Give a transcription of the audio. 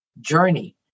journey